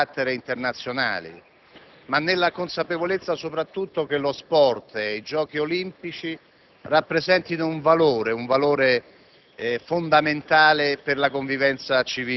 Abbiamo sottoscritto questa mozione nella consapevolezza che tutti gli elementi che possono portare nel nostro Paese iniziative di carattere internazionale